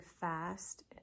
fast